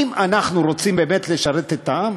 אם אנחנו באמת רוצים לשרת את העם,